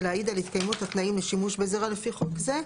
להעיד על התקיימות התנאים לשימוש בזרע לפי חוק זה.